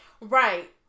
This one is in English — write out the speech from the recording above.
Right